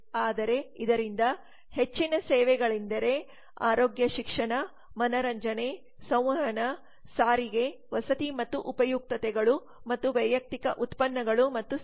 ಆದರೆ ಇದರಿಂದ ಹೆಚ್ಚಿದ ಸೇವೆಗಳೆಂದರೆ ಆರೋಗ್ಯ ಶಿಕ್ಷಣ ಮನರಂಜನೆ ಸಂವಹನ ಸಾರಿಗೆ ವಸತಿ ಮತ್ತು ಉಪಯುಕ್ತತೆಗಳು ಮತ್ತು ವೈಯಕ್ತಿಕ ಉತ್ಪನ್ನಗಳು ಮತ್ತು ಸೇವೆಗಳು